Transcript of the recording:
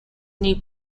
knee